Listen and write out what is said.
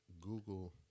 Google